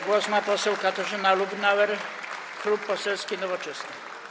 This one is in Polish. Głos ma poseł Katarzyna Lubnauer, Klub Poselski Nowoczesna.